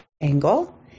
angle